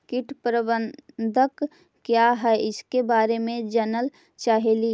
कीट प्रबनदक क्या है ईसके बारे मे जनल चाहेली?